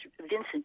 Vincent